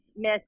Miss